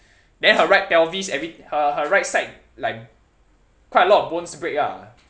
then her right pelvis everythi~ her her right side like quite a lot of bones break ah